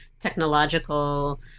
technological